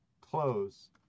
Close